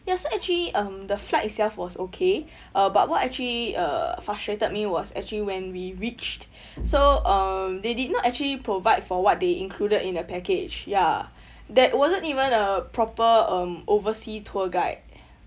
ya so actually um the flight itself was okay uh but what actually uh frustrated me was actually when we reached so um they did not actually provide for what they included in the package ya there wasn't even a proper um oversea tour guide